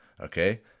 Okay